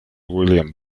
william